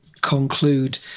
conclude